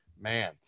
man